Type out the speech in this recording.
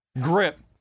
Grip